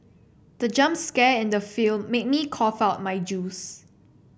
the jump scare in the film made me cough out my juice